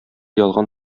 ялган